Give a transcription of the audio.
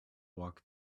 walk